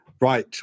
Right